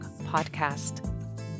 Podcast